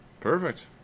Perfect